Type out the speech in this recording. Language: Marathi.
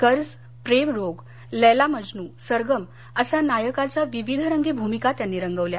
कर्ज प्रेमरोग लैला मजनू सरगम अश्या नायकाच्या विविधरंगी भूमिका त्यांनी रंगवल्या